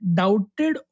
doubted